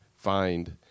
find